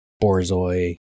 borzoi